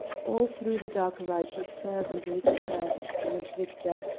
all through the dark ride he fervently cursed count victor,